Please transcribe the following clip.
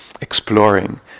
exploring